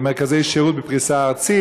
היושבת-ראש,